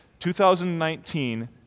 2019